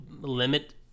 limit